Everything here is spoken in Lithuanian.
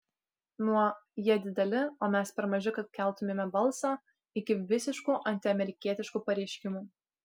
nuo jie dideli o mes per maži kad keltumėme balsą iki visiškų antiamerikietiškų pareiškimų